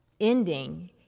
ending